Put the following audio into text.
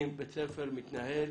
אם בית ספר מתנהל